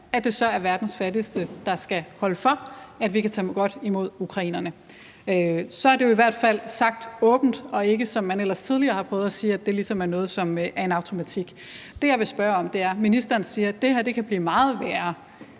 at det så er verdens fattigste, der skal holde for, at vi kan tage godt imod ukrainerne. Så er det jo i hvert fald sagt åbent og ikke, som man ellers tidligere har prøvet at sige, at det ligesom er noget, som er en automatik. Det, jeg vil spørge om, er: Ministeren siger, at det her kan blive meget værre,